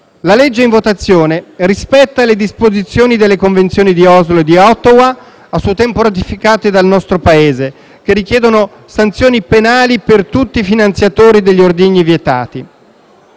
La legge in votazione rispetta le disposizioni delle Convenzioni di Oslo e di Ottawa, a suo tempo ratificate dal nostro Paese, che richiedono sanzioni penali per tutti i finanziatori degli ordigni vietati;